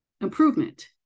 improvement